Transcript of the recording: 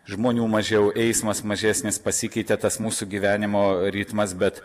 žmonių mažiau eismas mažesnis pasikeitė tas mūsų gyvenimo ritmas bet